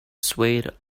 swayed